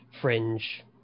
fringe